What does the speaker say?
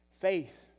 Faith